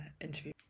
interview